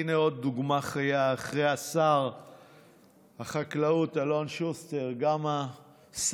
הינה עוד דוגמה חיה: אחרי שר החקלאות אלון שוסטר גם השרה,